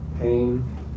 pain